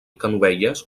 canovelles